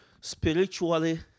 Spiritually